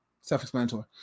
Self-explanatory